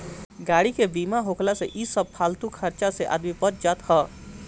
गाड़ी के बीमा होखला से इ सब फालतू खर्चा से आदमी बच जात हअ